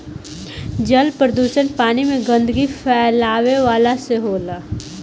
जल प्रदुषण पानी में गन्दगी फैलावला से होला